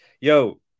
Yo